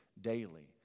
daily